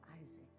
Isaac